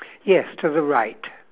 yes to the right